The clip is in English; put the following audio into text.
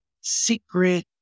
secret